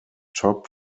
top